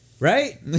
Right